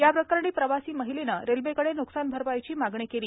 याप्रकरणी प्रवासी महिलेने रेल्वेकडे न्कसान अरपाईची मागणी केली